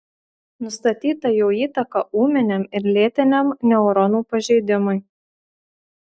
nustatyta jo įtaka ūminiam ir lėtiniam neuronų pažeidimui